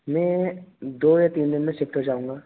मैं दो या तीन दिन में शिफ्ट हो जाऊंगा